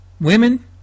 Women